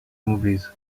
movies